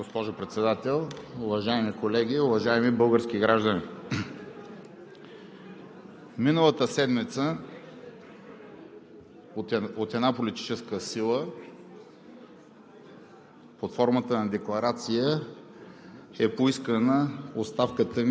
Уважаема госпожо Председател, уважаеми колеги, уважаеми български граждани! Миналата седмица от една политическа сила